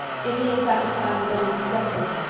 if he is satisfied with only regretting me,